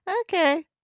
Okay